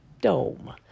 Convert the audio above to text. dome